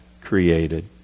created